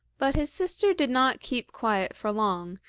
but his sister did not keep quiet for long,